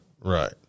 Right